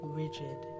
rigid